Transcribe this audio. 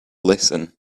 listen